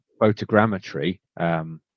photogrammetry